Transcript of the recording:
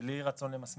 בלי רצון למסמס,